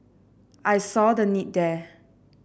I saw the need there